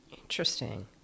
Interesting